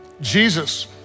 Jesus